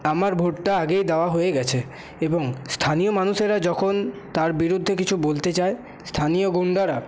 আমার ভোটটা আগেই দেওয়া হয়ে গেছে এবং স্থানীয় মানুষেরা যখন তার বিরুদ্ধে কিছু বলতে যায় স্থানীয় গুণ্ডারা